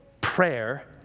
Prayer